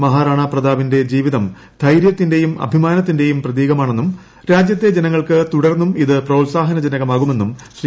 മഹാറാണാ പ്രതാപിന്റെ ജീവിതം ധൈര്യത്തിന്റെയും അഭിമാനത്തിന്റെയും പ്രതീകമാണെന്നും രാജ്യത്തെ ജനങ്ങൾക്ക് തുടർന്നും ഇത് പ്രോത്സാഹനാജനകമാകുമെന്നും ശ്രീ